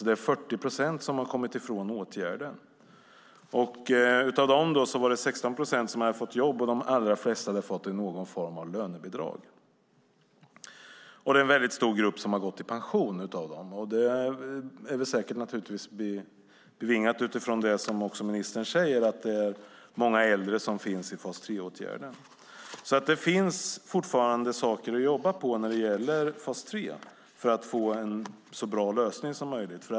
Det är 40 procent som har kommit ifrån åtgärden. Av dem var det 16 procent som hade fått jobb - de allra flesta hade fått någon form av lönebidrag. Och det är en stor grupp som har gått i pension. Det hänger naturligtvis ihop med det som ministern säger, att det är många äldre som finns i fas 3-åtgärden. Det finns alltså fortfarande saker att jobba på när det gäller fas 3 för att det ska bli en så bra lösning som möjligt.